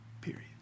period